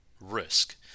risk